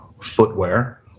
footwear